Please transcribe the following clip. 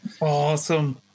Awesome